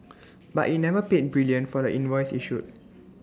but IT never paid brilliant for the invoice issued